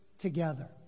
together